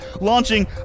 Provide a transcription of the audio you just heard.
launching